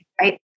right